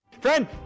Friend